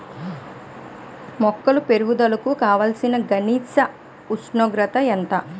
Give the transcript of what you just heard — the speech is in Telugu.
మొక్క పెరుగుదలకు కావాల్సిన కనీస ఉష్ణోగ్రత ఎంత?